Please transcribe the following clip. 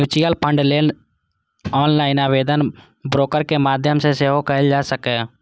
mutual fund लेल offline आवेदन broker के माध्यम सं सेहो कैल जा सकैए